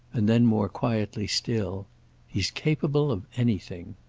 and then more quietly still he's capable of anything.